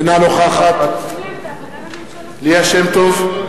אינה נוכחת ליה שמטוב,